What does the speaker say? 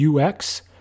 UX